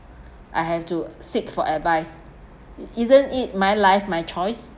I have to seek for advice it isn't it my life my choice